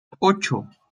ocho